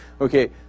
Okay